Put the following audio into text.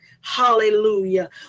hallelujah